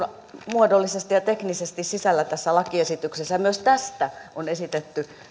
muodollisesti ja teknisesti sisällä tässä lakiesityksessä ja myös tästä on esitetty